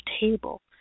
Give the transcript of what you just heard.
table